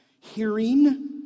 hearing